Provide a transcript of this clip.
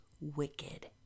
wicked